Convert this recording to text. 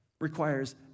requires